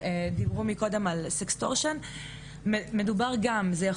לעלות בעצם גם בסחיטה כלכלית,